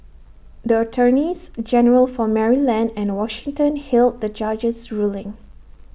the attorneys general for Maryland and Washington hailed the judge's ruling